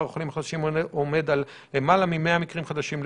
החולים החדשים עומד על למעלה מ-100 מקרים חדשים ליום.